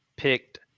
picked